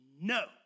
no